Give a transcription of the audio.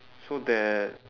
so that